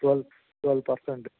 twelve twelve percent